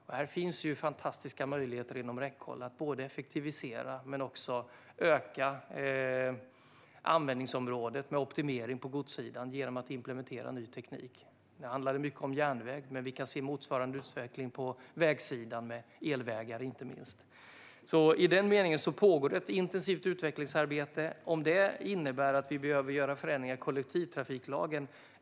Det finns fantastiska möjligheter inom räckhåll, både när det gäller att effektivisera och när det gäller att öka användningsområdet med optimering på godssidan genom att implementera ny teknik. Nu har det handlat mycket om järnväg. Men vi kan se motsvarande utveckling på vägsidan, inte minst med elvägar. I den meningen pågår ett intensivt utvecklingsarbete. Jag är osäker på om det innebär att vi behöver göra förändringar i kollektivtrafiklagen.